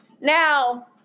Now